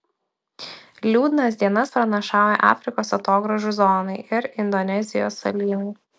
liūdnas dienas pranašauja afrikos atogrąžų zonai ir indonezijos salynui